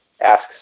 asks